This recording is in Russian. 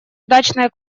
удачная